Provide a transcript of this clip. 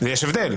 יש הבדל.